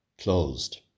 Closed